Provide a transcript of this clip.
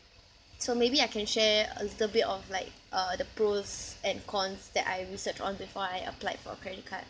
so maybe I can share a little bit of like uh the pros and cons that I research on before I applied for a credit card